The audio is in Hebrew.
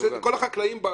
החקלאים,